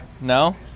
No